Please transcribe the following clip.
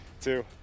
two